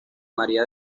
maría